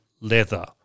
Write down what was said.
leather